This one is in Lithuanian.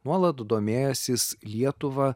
nuolat domėjęsis lietuva